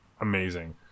amazing